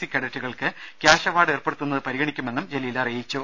C കേഡറ്റുകൾക്ക് cash award ഏർപ്പെടുത്തുന്നത് പരിഗണിക്കുമെന്നും ജലീൽ പറഞ്ഞു